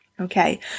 Okay